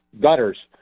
gutters